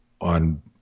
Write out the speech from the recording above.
on